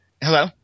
Hello